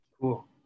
Cool